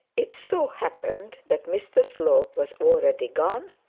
it so happened that mr slope was already gone,